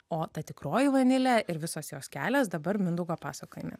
o ta tikroji vanilė ir visos jos kelias dabar mindaugo pasakojime